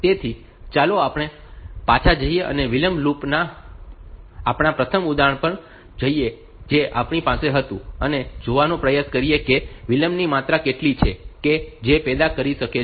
તેથી ચાલો આપણે પાછા જઈએ અને વિલંબ લૂપ ના આપણા પ્રથમ ઉદાહરણ પર જઈએ કે જે આપણી પાસે હતું અને જોવાનો પ્રયાસ કરીએ કે વિલંબની માત્રા કેટલી છે કે જે તે પેદા કરી શકે છે